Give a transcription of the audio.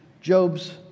Job's